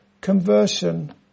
conversion